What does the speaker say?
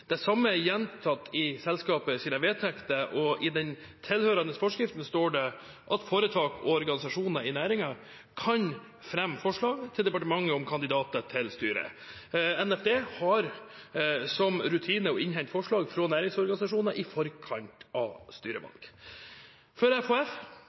det samme er gjentatt i selskapets vedtekter. I den tilhørende forskriften står det at foretak og organisasjoner i næringen kan fremme forslag til departementet om kandidater til styret. Nærings- og fiskeridepartementet har som rutine å innhente forslag fra næringsorganisasjoner i forkant av